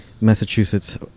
Massachusetts